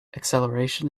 acceleration